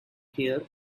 here